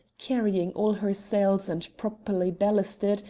carrying all her sails and properly ballasted,